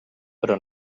però